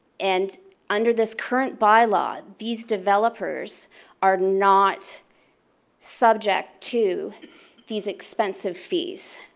and under this current by law, these developers are not subject to these expensive fees.